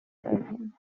belgien